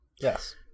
Yes